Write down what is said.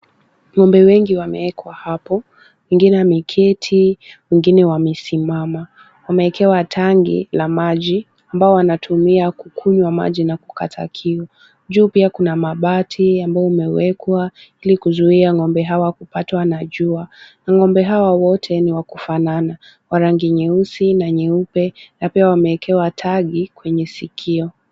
Ng’ombe wengi wameekwa hapo, wengine wameketi, wengine wamesimama. Wameekewa tanki la maji, ambalo wanatumia kukunywa maji na kukata kiu. Juu pia kuna mabati ambao umewekwa ili kuzuia ng'ombe hawa kupatwa na jua.Ng'ombe hawa wote ni wa kufanana, wa rangi nyeusi na nyeupe na pia wameekewa tagi kwenye sikio.